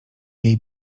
jej